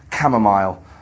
chamomile